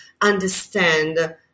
understand